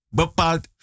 bepaald